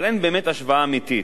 אבל אין באמת השוואה אמיתית.